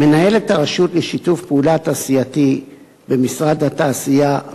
מנהלת הרשות לשיתוף פעולה תעשייתי במשרד התעשייה,